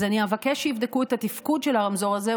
אז אני אבקש שיבדקו את התפקוד של הרמזור הזה,